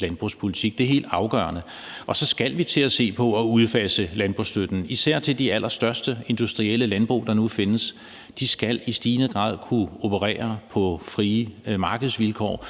landbrugspolitik. Det er helt afgørende. Og så skal vi til at se på at udfase landbrugsstøtten; især skal de allerstørste industrielle landbrug, der nu findes, i stigende grad kunne operere på frie markedsvilkår,